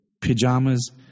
pajamas